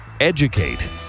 Educate